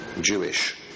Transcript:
Jewish